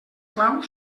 clau